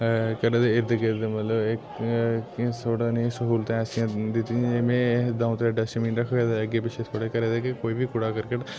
घरै दे इर्द गिर्द मतलब इक स्हूलतां ऐसियां दित्ती दियां में दौ त्रौं डस्टबिन रक्खे दे अग्गें पिच्छें थोह्ड़े घरै दे कि कोई बी कूड़ा करकट